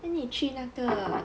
then 你去那个